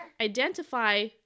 identify